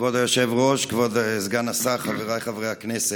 כבוד היושב-ראש, כבוד סגן השר, חבריי חברי הכנסת,